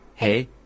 Hey